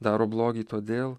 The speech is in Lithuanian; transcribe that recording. daro blogį todėl